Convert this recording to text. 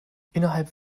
innerhalb